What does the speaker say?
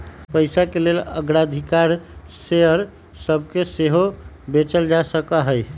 पइसाके लेल अग्राधिकार शेयर सभके सेहो बेचल जा सकहइ